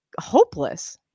hopeless